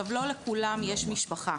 לא לכולם יש משפחה.